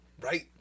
Right